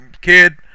kid